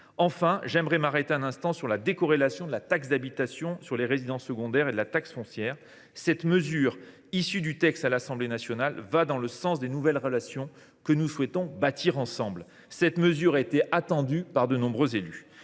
DGF. J’aimerais m’arrêter un instant sur la décorrélation de la taxe d’habitation sur les résidences secondaires et de la taxe foncière. Cette mesure issue de l’Assemblée nationale va dans le sens des nouvelles relations que nous souhaitons bâtir ensemble. Elle était attendue par de nombreux élus.